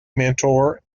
mentor